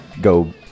go